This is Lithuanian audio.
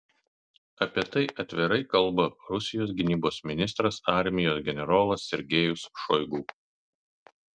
apie tai atvirai kalba rusijos gynybos ministras armijos generolas sergejus šoigu